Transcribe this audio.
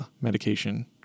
medication